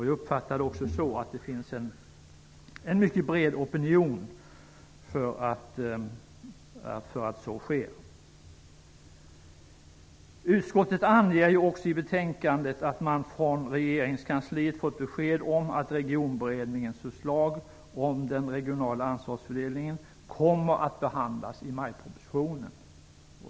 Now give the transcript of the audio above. Jag uppfattar det också så, att det finns en mycket bred opinion för att så sker. Utskottet anger också i betänkandet att man från regeringskansliet fått besked om att Regionberedningens förslag om den regionala ansvarsfördelningen kommer att behandlas i majpropositionen.